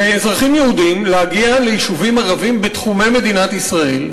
לאזרחים יהודים להגיע ליישובים ערביים בתחומי מדינת ישראל.